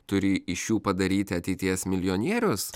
turi iš jų padaryti ateities milijonierius